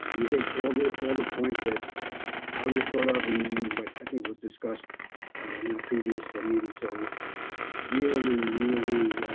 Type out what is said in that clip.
ah you hit all the all the points that i would have thought of in what i think was discussed in our previous meeting. so really, really,